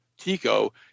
Tico